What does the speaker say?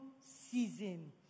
season